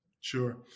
Sure